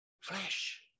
flesh